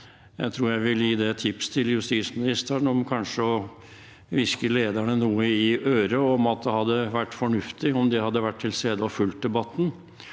jeg vil gi et tips til justisministeren om kanskje å hviske lederne noe i øret om at det hadde vært fornuftig om de hadde vært til stede og fulgt debatten,